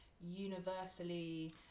universally